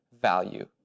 value